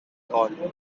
all